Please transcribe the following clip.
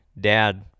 Dad